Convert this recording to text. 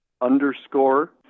underscore